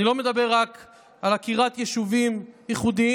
אני לא מדבר רק על עקירת יישובים ייחודיים,